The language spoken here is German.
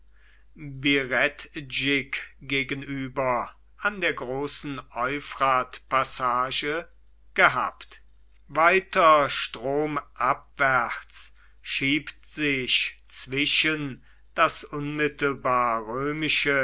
gegenüber an der großen euphratpassage gehabt weiter stromabwärts schiebt sich zwischen das unmittelbar